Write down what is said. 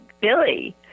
Billy